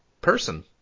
person